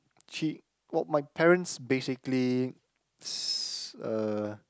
she well my parents basically s~ uh